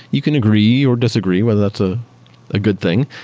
you can agree or disagree, whether that's a ah good thing.